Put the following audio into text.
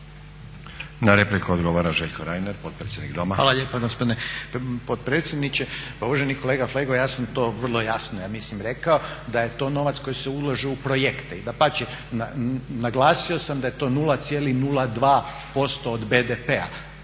Na repliku odgovara Željko Reiner, potpredsjednik Doma. **Reiner, Željko (HDZ)** Hvala lijepa gospodine potpredsjedniče. Pa uvaženi kolega Flego ja sam to vrlo jasno ja mislim rekao da je to novac koji se ulaže u projekte i dapače naglasio sam da je to 0,02% od BDP-a.